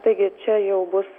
taigi čia jau bus